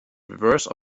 reverse